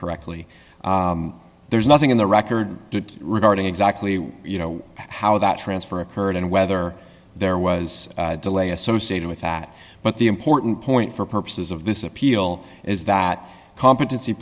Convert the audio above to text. correctly there's nothing in the record to regarding exactly you know how that transfer occurred and whether there was a delay associated with that but the important point for purposes of this appeal is that competency